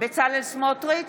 בצלאל סמוטריץ'